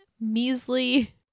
measly